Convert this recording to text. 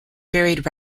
buried